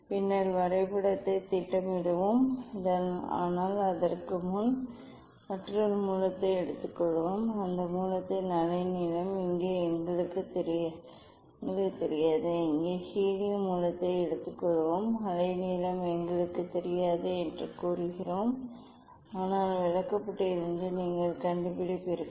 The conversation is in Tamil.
பின்னர் வரைபடத்தைத் திட்டமிடுவோம் ஆனால் அதற்கு முன் மற்றொரு மூலத்தை எடுத்துக்கொள்வோம் அந்த மூலத்தின் அலைநீளம் இங்கே எங்களுக்குத் தெரியாது இங்கே ஹீலியம் மூலத்தை எடுத்துக்கொள்வோம் அலைநீளம் எங்களுக்குத் தெரியாது என்று கூறுகிறோம் ஆனால் விளக்கப்படத்திலிருந்து நீங்கள் கண்டுபிடிப்பீர்கள்